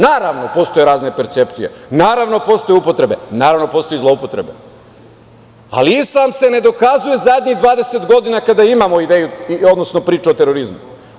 Naravno, postoje razne percepcije, postoje upotrebe, naravno, postoje i zloupotrebe, ali islam se ne dokazuje zadnjih 20 godina kada imamo priču o terorizmu.